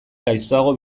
gaiztoago